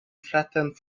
flattened